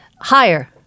Higher